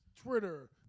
Twitter